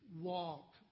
walk